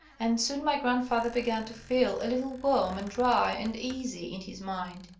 and soon my grandfather began to feel a little warm and dry and easy in his mind.